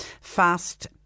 fast